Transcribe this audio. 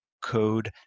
code